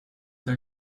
der